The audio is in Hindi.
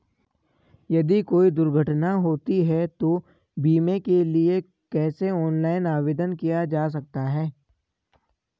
यदि कोई दुर्घटना होती है तो बीमे के लिए कैसे ऑनलाइन आवेदन किया जा सकता है?